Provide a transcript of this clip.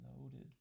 loaded